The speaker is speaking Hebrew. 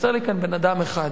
חסר לי כאן בן-אדם אחד,